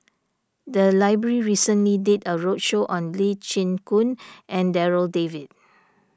the library recently did a roadshow on Lee Chin Koon and Darryl David